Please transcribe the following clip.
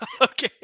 Okay